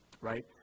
right